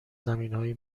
زمینهای